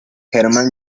hermann